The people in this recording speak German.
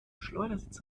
schleudersitz